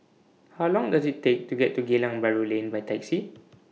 How Long Does IT Take to get to Geylang Bahru Lane By Taxi